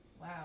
Wow